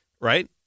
right